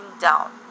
down